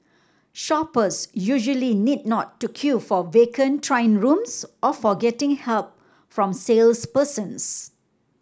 shoppers usually need not to queue for vacant trying rooms or for getting help from salespersons